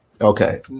Okay